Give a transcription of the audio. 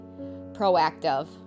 proactive